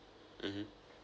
mmhmm